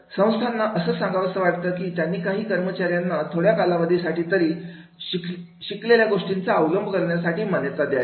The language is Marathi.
संस्थांना असं सांगावंसं वाटतं की त्यांनी कर्मचाऱ्यांना काही थोड्या कालावधीसाठी तरी शिकलेल्या गोष्टींचा अंमलबजावणीसाठी मान्यता देण्यात यावी